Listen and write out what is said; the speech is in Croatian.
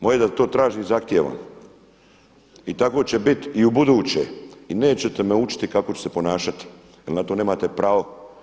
Moje je da to tražim i zahtijevam i tako će biti i ubuduće i nećete me učiti kako ću se ponašati jer na to nemate pravo.